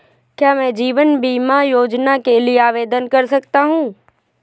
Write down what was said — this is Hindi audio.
क्या मैं जीवन बीमा योजना के लिए आवेदन कर सकता हूँ?